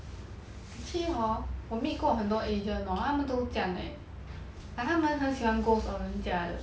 actually hor 我 meet 过很多 agent hor 他们都这样 leh like 他们很喜欢 ghost 掉人家的